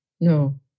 no